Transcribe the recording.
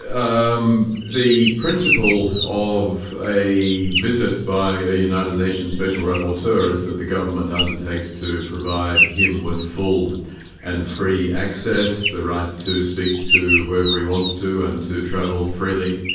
um the principle of a visit by a united nations special rapporteur is that the government undertakes to provide him with full and free access, the right to speak to whoever he wants to and to travel freely.